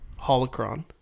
holocron